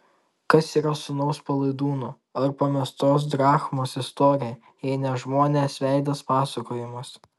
kas yra sūnaus palaidūno ar pamestos drachmos istorija jei ne žmonės veidas pasakojimas